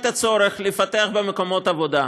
יש הצורך לפתח מקומות עבודה.